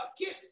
get